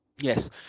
Yes